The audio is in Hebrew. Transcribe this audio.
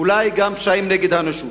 אולי גם פשעים נגד האנושות.